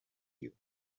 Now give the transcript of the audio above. you